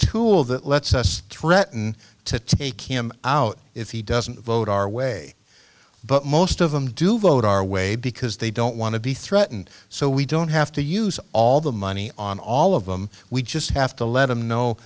tool that lets us threaten to take him out if he doesn't vote our way but most of them do vote our way because they don't want to be threatened so we don't have to use all the money on all of them we just have to let them know